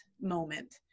moment